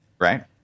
right